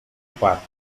patos